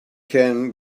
can